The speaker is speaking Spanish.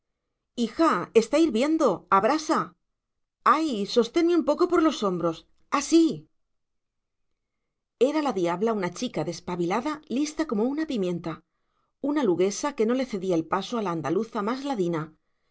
hija está hirviendo abrasa ay sostenme un poco por los hombros así era la diabla una chica despabilada lista como una pimienta una luguesa que no le cedía el paso a la andaluza más ladina